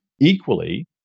Equally